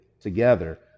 together